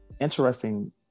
interesting